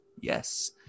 Yes